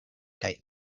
kaj